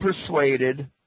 persuaded